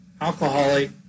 alcoholic